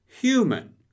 Human